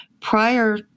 prior